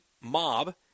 mob